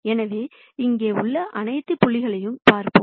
எனவே இங்கே உள்ள அனைத்து புள்ளிகளையும் பார்ப்போம்